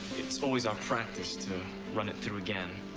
it's always our practice to run it through again,